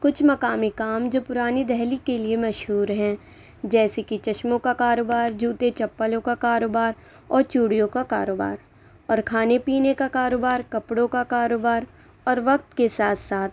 کچھ مقامی کام جو پُرانی دہلی کے لئے مشہور ہیں جیسے کہ چشموں کا کاروبار جوتے چپلوں کا کاروبار اور چوڑیوں کا کاروبار اور کھانے پینے کا کاروبار کپڑوں کا کاروبار اور وقت کے ساتھ ساتھ